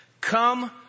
come